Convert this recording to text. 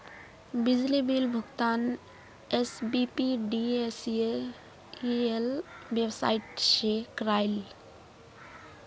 बिजली बिल भुगतान SBPDCL website से क्रॉइल